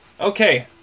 okay